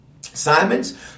Simon's